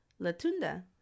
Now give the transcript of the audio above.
Latunda